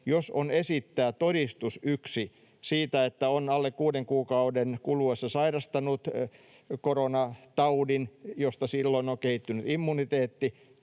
jos on esittää todistus siitä, että on alle kuuden kuukauden kuluessa sairastanut koronataudin, josta silloin on kehittynyt immuniteetti,